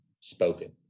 spoken